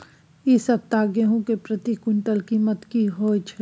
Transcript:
इ सप्ताह गेहूं के प्रति क्विंटल कीमत की हय?